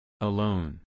Alone